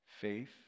Faith